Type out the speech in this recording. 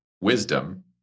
wisdom